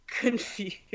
confused